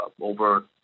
over